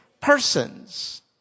persons